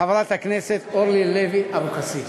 חברת הכנסת אורלי לוי אבקסיס.